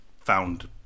found